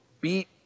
beat